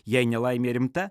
jei nelaimė rimta